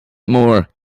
more